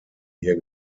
hier